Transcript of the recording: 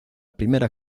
primera